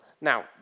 Now